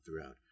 throughout